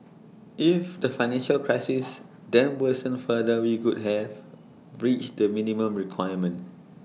if the financial crisis then worsened further we could have breached the minimum requirement